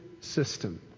system